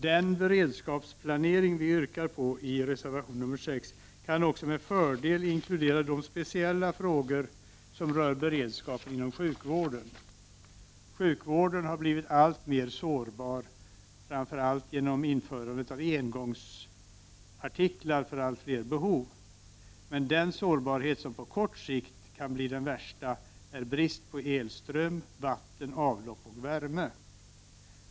Den beredskapsplanering som vi yrkar på i reservation nr 6 kan också med fördel inkludera de speciella frågor som rör beredskapen inom sjukvården. Sjukvården har blivit alltmer sårbar — framför allt genom införandet av engångsartiklar för allt fler behov. Men den sårbarhet som på kort sikt kan bli den värsta är brist på elström, vatten, avlopp och värme.